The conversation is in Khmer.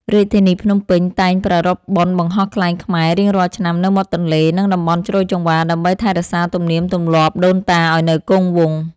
រាជធានីភ្នំពេញតែងប្រារព្ធបុណ្យបង្ហោះខ្លែងខ្មែររៀងរាល់ឆ្នាំនៅមាត់ទន្លេ និង តំបន់ជ្រោយចង្វារដើម្បីថែរក្សាទំនៀមទម្លាប់ដូនតាឱ្យនៅគង់វង្ស។